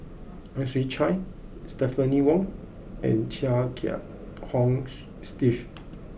Ang Chwee Chai Stephanie Wong and Chia Kiah Hong Steve